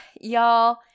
y'all